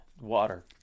water